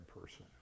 person